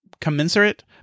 commensurate